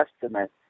testament